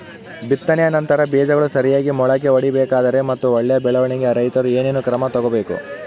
ಬಿತ್ತನೆಯ ನಂತರ ಬೇಜಗಳು ಸರಿಯಾಗಿ ಮೊಳಕೆ ಒಡಿಬೇಕಾದರೆ ಮತ್ತು ಒಳ್ಳೆಯ ಬೆಳವಣಿಗೆಗೆ ರೈತರು ಏನೇನು ಕ್ರಮ ತಗೋಬೇಕು?